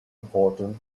important